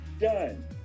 done